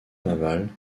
navale